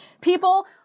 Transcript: people